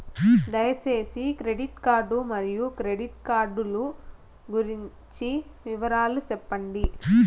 దయసేసి credit card మరియు credit card లు గురించి వివరాలు సెప్పండి?